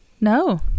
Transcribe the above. no